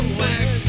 wax